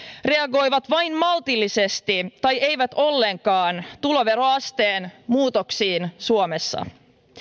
reagoivat vain maltillisesti tai eivät ollenkaan tuloveroasteen muutoksiin suomessa